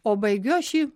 o baigiu aš jį